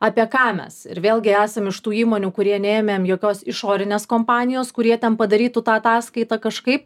apie ką mes ir vėlgi esam iš tų įmonių kurie neėmėm jokios išorinės kompanijos kurie ten padarytų tą ataskaitą kažkaip